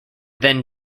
then